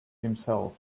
himself